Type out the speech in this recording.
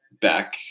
back